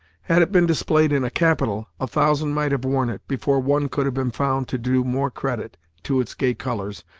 had it been displayed in a capital, a thousand might have worn it, before one could have been found to do more credit to its gay colours,